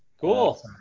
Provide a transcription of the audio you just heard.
Cool